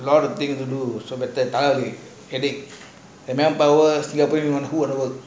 got all the thing to do so headache manpower